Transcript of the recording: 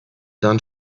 dann